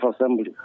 Assembly